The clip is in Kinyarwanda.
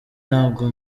ntabwo